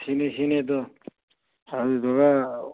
ꯁꯤꯅꯤ ꯁꯤꯅꯤꯗꯨ ꯑꯗꯨꯗꯨꯒ